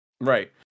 right